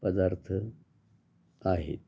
पदार्थ आहेत